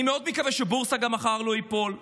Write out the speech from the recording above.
אני מאוד מקווה שהבורסה לא תיפול מחר,